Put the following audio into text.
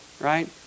right